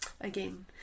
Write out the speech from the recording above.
Again